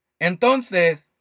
Entonces